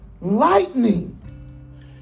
lightning